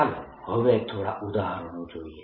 ચાલો હવે થોડા ઉદાહરણો જોઈએ